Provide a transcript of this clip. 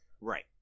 Right